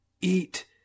eat